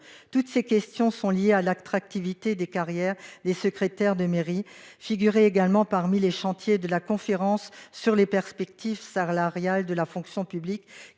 Toutes ces questions liées à l'attractivité des carrières des secrétaires de mairie figuraient également parmi les chantiers de la Conférence sur les perspectives salariales de la fonction publique,